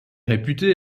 réputé